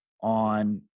on